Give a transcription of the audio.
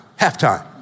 halftime